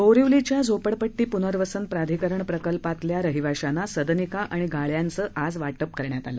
बोरिवलीच्या झोपडपट्टी पुनर्वसन प्राधिकरण प्रकल्पातील रहिवाशांना सदनिका आणि गाळ्यांचं आज वाटप करण्यात आलं